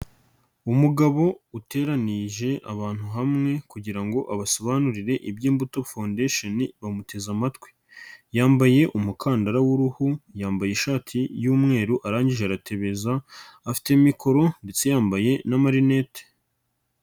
umugabo uteranije abantu hamwe kugira ngo abasobanurire iby'Imbuto foundation, bamuteze amatwi. Yambaye umukandara w'uruhu, yambaye ishati y'umweru, arangije aratetegereza, afite mikoro ndetse yambaye n'amarinete.